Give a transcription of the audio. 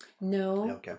No